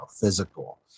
physical